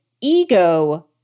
ego